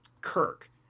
kirk